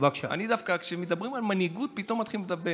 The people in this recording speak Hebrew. אז דובר על תוספת ממלא מקום אחד לראש ממשלה,